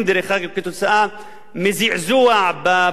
כתוצאה מזעזוע ברכב,